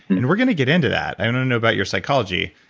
and and we're going to get into that. i don't know about your psychology,